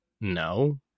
No